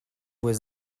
was